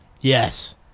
Yes